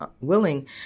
willing